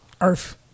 Earth